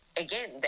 Again